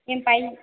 N by